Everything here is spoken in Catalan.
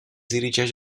dirigeix